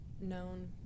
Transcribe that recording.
known